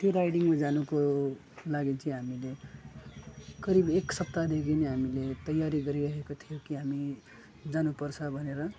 त्यो राइडिङमा जानुको लागि चाहिँ हामीले करिब एक सप्ताहदेखि नै हामीले तयारी गरिरहेको थियौँ कि हामी जानु पर्छ भनेर